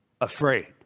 afraid